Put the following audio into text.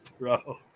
bro